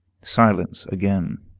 silence again.